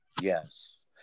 Yes